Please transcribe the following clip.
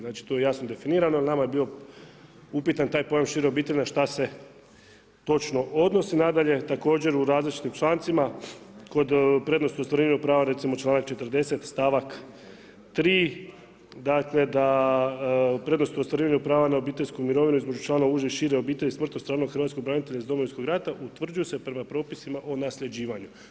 Znači to je jesno definirano, jer nama je bio upitan taj pojam šire obitelji na što se točno odnosi, nadalje, također u različitim člancima, kod prednosti, ostvarivanju prava, recimo čl. 40. stavak 3, dakle, da u prednosti ostvarivanja prava na obiteljsku imovinu između člana uže i šire obitelji, smrtno stradalog hrvatskog branitelja iz Domovinskog rata, utvrđuju se prema propisima o nasljeđivanju.